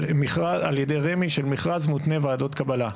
על ידי רמ"י, של מכרז מותנה ועדות קבלה.